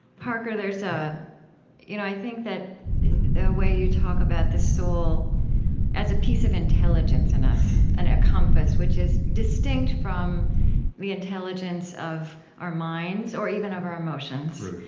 parker, ah you know i think that the way you talk about the soul as a piece of intelligence in us and a compass which is distinct from the intelligence of our minds, or even of our emotions.